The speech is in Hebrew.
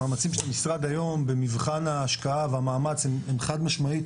המאמצים של המשרד היום במבחן ההשקעה והמאמץ הם חד משמעית